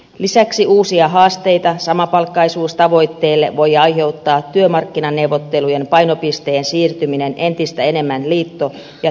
lisäksi uusia haasteita samapalkkaisuustavoitteelle voi aiheuttaa työmarkkinaneuvottelujen painopisteen siirtyminen entistä enemmän liitto ja työpaikkatasolle